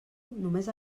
només